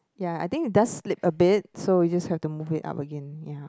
ya I think it does slip a bit so you just have to move it up again ya